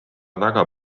väga